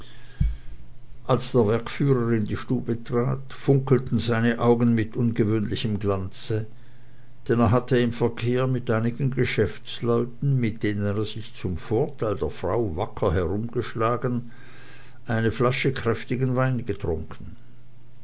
als der werkführer in die stube trat funkelten seine augen mit ungewöhnlichem glanze denn er hatte im verkehr mit einigen geschäftsleuten mit denen er sich zum vorteil der frau wacker herumgeschlagen eine flasche kräftigen wein getrunken